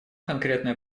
конкретное